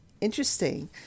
Interesting